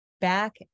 back